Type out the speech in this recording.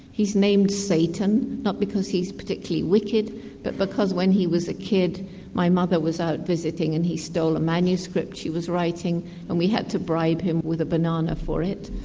he's named satan, not because he's particularly wicked but because when he was a kid my mother was out visiting and he stole a manuscript she was writing and we had to bribe him with a banana for it.